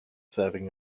serving